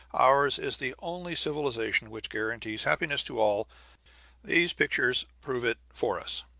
ours is the only civilization which guarantees happiness to all these pictures prove it for us.